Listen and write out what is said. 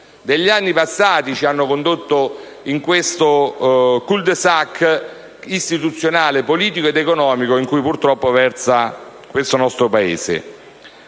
degli anni passati ci hanno condotto in questo *cul de sac* istituzionale, politico ed economico in cui purtroppo versa questo nostro Paese.